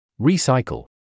Recycle